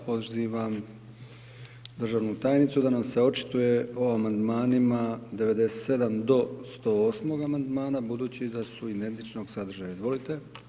Pozivam državnu tajnicu da nam se očituje o amandmanima 97. do 108. amandmana budući da su identičnog sadržaja, izvolite.